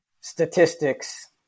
statistics